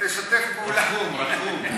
תשתף פעולה, זה